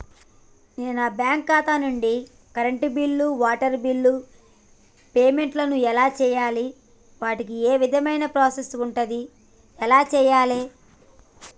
నేను నా బ్యాంకు ఖాతా నుంచి కరెంట్ బిల్లో వాటర్ బిల్లో పేమెంట్ ఎలా చేయాలి? వాటికి ఏ విధమైన ప్రాసెస్ ఉంటది? ఎలా చేయాలే?